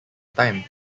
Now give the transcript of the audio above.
time